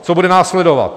Co bude následovat?